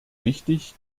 wichtig